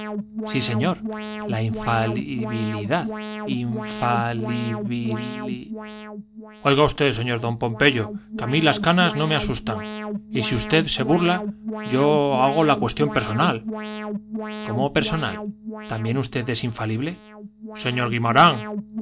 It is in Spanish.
sí señor la infalibilidad la in fa li bi li oiga usted señor don pompeyo que a mí las canas no me asustan y si usted se burla yo hago la cuestión personal cómo personal también usted es infalible señor guimarán